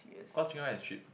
cause chicken rice is cheap